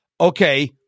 Okay